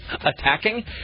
Attacking